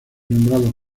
nombrado